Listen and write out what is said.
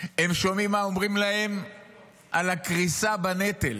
הם שומעים מה אומרים להם על הקריסה בנטל.